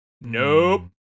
Nope